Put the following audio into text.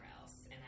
else